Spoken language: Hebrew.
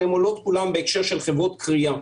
הן עולות כולן בהקשר של חברות כרייה,